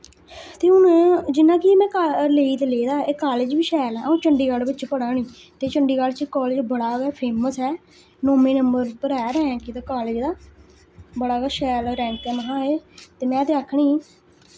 ते हुन जि'न्ना कि में का लेई ते लेदा ऐ एह् कालेज बी शैल ऐ अ'ऊं चंडीगढ़ बिच्च पढ़ा नी ते चंडीगढ़ च कालेज बड़ा गै फेमस ऐ नौमे नंबर उप्पर ऐ रैंक इ'दा कालेज दा बड़ा गै शैल रैंक ऐ महा एह् ते में ते आखनी